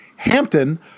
Hampton